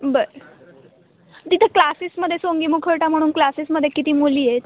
बरं तिथे क्लासेसध्ये सोंगी मुखवटा म्हणून क्लासेसमध्ये किती मुली आहेत